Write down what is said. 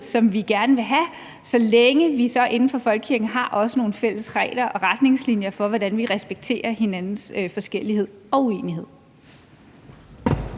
som vi gerne vil have, så længe vi inden for folkekirken så også har nogle fælles regler og retningslinjer for, hvordan vi respekterer hinandens forskellighed og uenighed.